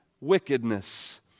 wickedness